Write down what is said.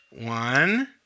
One